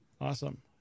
awesome